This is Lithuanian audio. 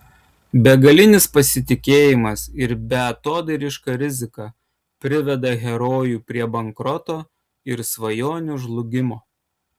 begalinis pasitikėjimas ir beatodairiška rizika priveda herojų prie bankroto ir svajonių žlugimo